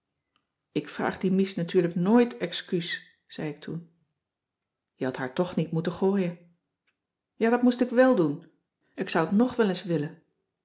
ik vraag die mies natuurlijk noit excuus zei ik toen je hadt haar toch niet moeten gooien ja dat moest ik wel doen ik zou t nog wel eens willen